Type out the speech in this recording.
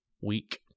week